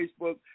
Facebook